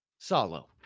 solo